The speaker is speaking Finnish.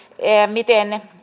miten